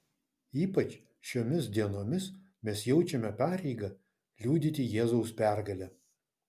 ypač šiomis dienomis mes jaučiame pareigą liudyti jėzaus pergalę